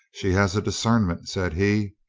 she has a discernment, said he.